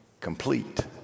complete